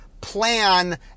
plan